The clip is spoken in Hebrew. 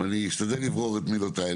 ואני אשתדל לברור את מילותיי.